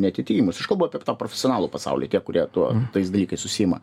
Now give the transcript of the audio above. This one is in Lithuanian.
neatitikimus aš kalbu apie tą profesionalų pasaulį tie kurie tuo tais dalykais užsiima